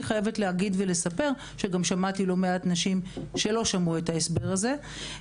אני חייבת לספר שגם שמעתי לא מעט נשים שלא שמעו את ההסבר הזה.